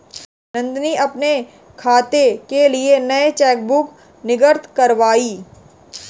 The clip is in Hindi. नंदनी अपने खाते के लिए नया चेकबुक निर्गत कारवाई